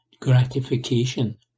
gratification